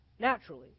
naturally